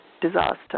disaster